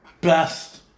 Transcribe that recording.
best